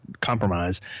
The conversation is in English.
compromise